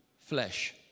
flesh